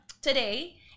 today